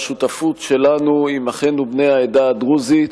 השותפות שלנו עם אחינו בני העדה הדרוזית,